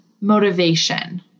motivation